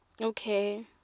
Okay